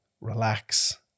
relax